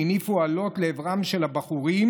שהניפו אלות לעברם של הבחורים.